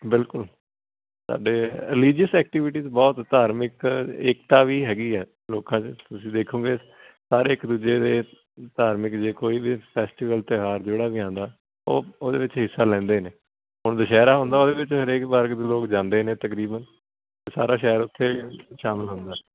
ਬਿਲਕੁਲ ਸਾਡੇ religious activities ਬਹੁਤ ਧਾਰਮਿਕ ਏਕਤਾ ਵੀ ਹੈਗੀ ਹੈ ਲੋਕਾਂ 'ਚ ਤੁਸੀਂ ਦੇਖੋਗੇ ਸਾਰੇ ਇੱਕ ਦੂਜੇ ਦੇ ਧਾਰਮਿਕ ਜੇ ਕੋਈ ਵੀ ਫੈਸਟੀਵਲ ਤਿਉਹਾਰ ਜਿਹੜਾ ਵੀ ਆਉਂਦਾ ਉਹ ਉਹਦੇ ਵਿੱਚ ਹਿੱਸਾ ਲੈਂਦੇ ਨੇ ਹੁਣ ਦੁਸਹਿਰਾ ਆਉਂਦਾ ਉਹਦੇ ਵਿੱਚ ਹਰੇਕ ਵਰਗ ਦੇ ਲੋਕ ਜਾਂਦੇ ਨੇ ਤਕਰੀਬਨ ਸਾਰਾ ਸ਼ਹਿਰ ਉੱਥੇ ਸ਼ਾਮਿਲ ਹੁੰਦਾ